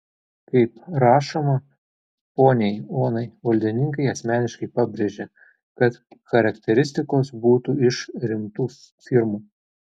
kaip rašoma poniai onai valdininkai asmeniškai pabrėžė kad charakteristikos būtų iš rimtų firmų